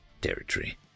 Territory